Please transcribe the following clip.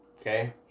okay